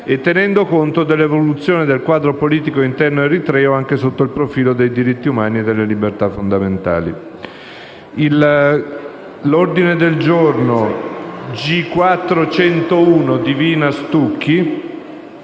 e tenendo conto dell'evoluzione del quadro politico interno eritreo anche sotto il profilo dei diritti umani e delle libertà fondamentali». Per l'ordine del giorno G4.101 la